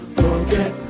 forget